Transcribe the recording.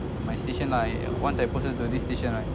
my station I once I posted to this station right